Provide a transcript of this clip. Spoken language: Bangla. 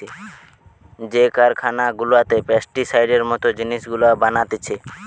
যে কারখানা গুলাতে পেস্টিসাইডের মত জিনিস গুলা বানাতিছে